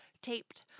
taped